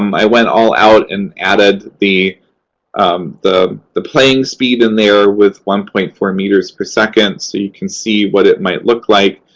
um i went all out and added the um the playing speed in there with one point four meters per second so you can see what it might look like.